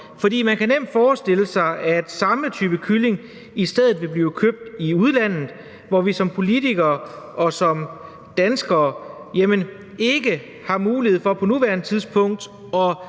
man kan nemt forestille sig, at samme type kylling i stedet vil blive købt i udlandet, hvor vi som politikere og som danskere ikke har mulighed for på nuværende tidspunkt